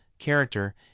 character